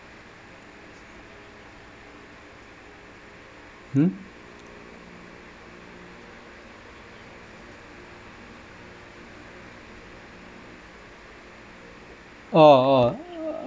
hmm oh oh